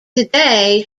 today